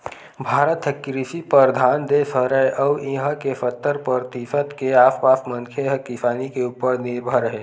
भारत ह कृषि परधान देस हरय अउ इहां के सत्तर परतिसत के आसपास मनखे ह किसानी के उप्पर निरभर हे